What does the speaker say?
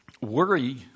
Worry